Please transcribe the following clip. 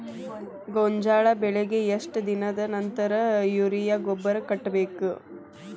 ಗೋಂಜಾಳ ಬೆಳೆಗೆ ಎಷ್ಟ್ ದಿನದ ನಂತರ ಯೂರಿಯಾ ಗೊಬ್ಬರ ಕಟ್ಟಬೇಕ?